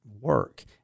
work